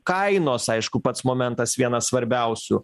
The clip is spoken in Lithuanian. kainos aišku pats momentas vienas svarbiausių